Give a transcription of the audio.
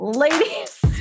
ladies